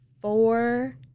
four